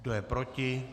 Kdo je proti?